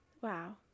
Wow